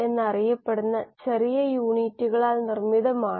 എന്താണ് സംഭവിക്കുന്നതെന്നതിന്റെ സൂചനകളാണ് ഇവ അവ പൊതുവായ പദങ്ങളാണ്